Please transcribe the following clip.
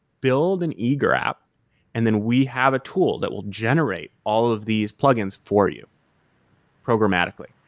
build an eager app and then we have a tool that will generate all of these plug ins for you programmatically,